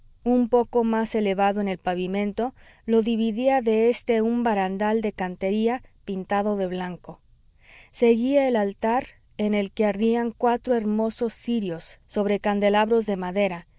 un poco más elevado que el pavimento lo dividía de éste un barandal de cantería pintado de blanco seguía el altar en el que ardían cuatro hermosos cirios sobre candeleros de madera